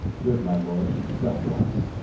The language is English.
good my lord, suffer us.